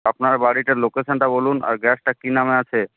আপনার বাড়িটার লোকেশানটা বলুন আর গ্যাসটা কী নামে আছে